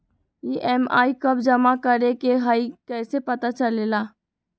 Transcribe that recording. EMI कव जमा करेके हई कैसे पता चलेला?